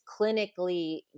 clinically